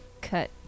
Cut